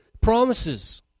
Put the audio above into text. promises